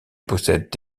possède